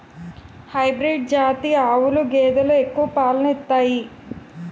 hybrid జాతి ఆవులు గేదెలు ఎక్కువ పాలను ఇత్తాయి